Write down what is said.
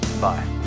bye